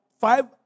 five